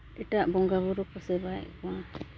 ᱮᱴᱮᱜ ᱵᱚᱸᱜᱟ ᱵᱩᱨᱩ ᱠᱚ ᱥᱮᱵᱟᱭᱮᱫ ᱠᱚᱣᱟ